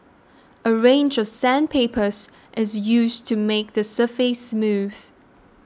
a range of sandpapers is used to make the surface smooth